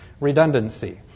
redundancy